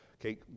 Okay